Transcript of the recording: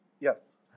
Yes